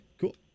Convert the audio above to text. cool